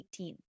2018